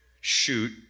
shoot